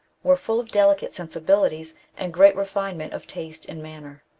were full of delicate sensibilities and great refinement of taste and manner.